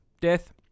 death